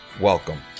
welcome